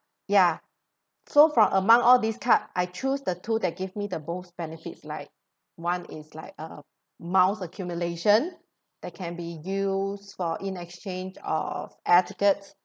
ya so from among all this card I choose the two that give me the most benefits like one is like a miles accumulation that can be used for in exchange of air tickets